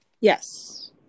Yes